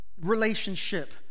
relationship